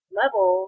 level